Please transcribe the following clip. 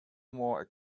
more